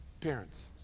parents